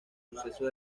sucesos